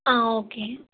ஆ okay